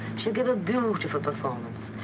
she'll give a beautiful performance,